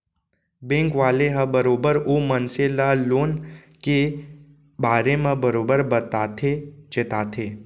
bank वाले ह बरोबर ओ मनसे ल लोन के बारे म बरोबर बताथे चेताथे